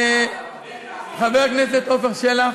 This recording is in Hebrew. חברת הכנסת זנדברג,